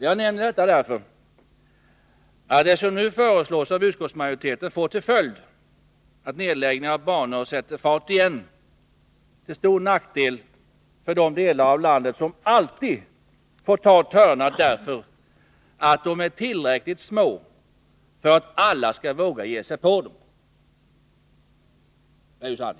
Jag nämner detta, eftersom det som nu föreslås av utskottsmajoriteten får till följd att nedläggningen av banor sätter fart igen — till stor nackdel för de delar av landet som alltid har fått ta törnar därför att de är tillräckligt små för att alla skall våga sig på dem. Det är ju sant!